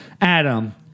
Adam